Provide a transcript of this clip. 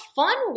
fun